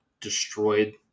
destroyed